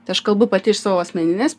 tai aš kalbu pati iš savo asmeninės